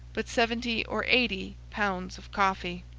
but seventy or eighty pounds of coffee.